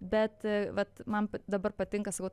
bet vat man dabar patinka sakau